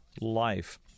life